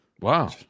Wow